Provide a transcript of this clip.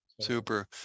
Super